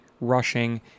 rushing